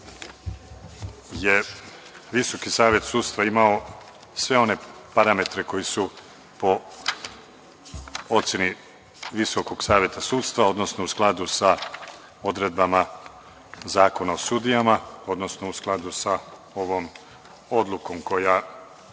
je Visoki savet sudstva imao sve one parametre koji su po oceni Visokog saveta sudstva, odnosno u skladu sa odredbama Zakona o sudijama, odnosno u skladu sa ovom odlukom koja